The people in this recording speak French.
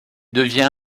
devient